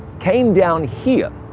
came down here,